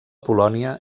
polònia